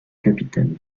capitaines